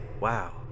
Wow